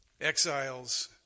exiles